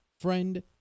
friend